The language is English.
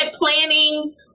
planning